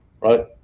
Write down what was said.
right